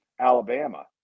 Alabama